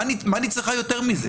מה אני צריכה יותר מזה?